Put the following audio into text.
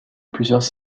plusieurs